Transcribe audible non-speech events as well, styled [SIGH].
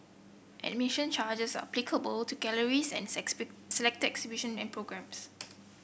admission charges are applicable to galleries and [UNINTELLIGIBLE] selected exhibition and programmes